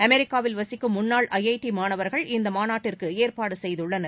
அமெரிக்காவில் வசிக்கும் முன்னாள் ஐஐடி மாணவர்கள் இம்மாநாட்டிற்கு ஏற்பாடு செய்துள்ளனர்